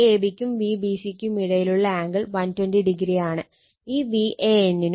Vab ക്കും Vbc ക്കും ഇടയിലുള്ള ആംഗിൾ 120o ആണ്